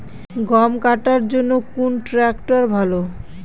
গম কাটার জন্যে কোন ট্র্যাক্টর ভালো?